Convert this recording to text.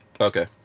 okay